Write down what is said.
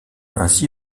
ainsi